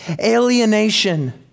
alienation